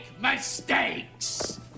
mistakes